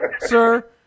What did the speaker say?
sir